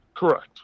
Correct